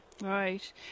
Right